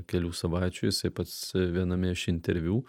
kelių savaičių jisai pats viename iš interviu